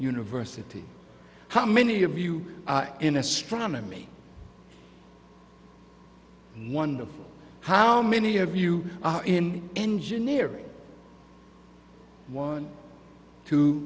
university how many of you in astronomy wonder how many of you are in engineering one two